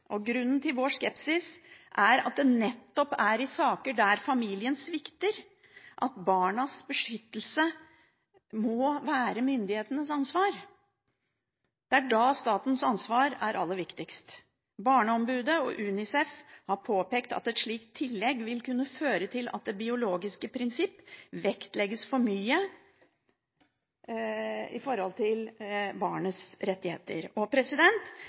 familie. Grunnen til vår skepsis er at det er nettopp i saker der familien svikter, at barnas beskyttelse må være myndighetenes ansvar. Det er da statens ansvar er aller viktigst. Barneombudet og UNICEF har påpekt at et slikt tillegg vil kunne føre til at det biologiske prinsipp vektlegges for mye når det gjelder barnas rettigheter.